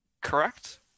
Correct